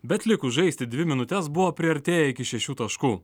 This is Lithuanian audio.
bet likus žaisti dvi minutes buvo priartėję iki šešių taškų